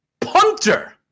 punter